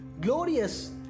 glorious